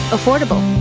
Affordable